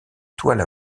toiles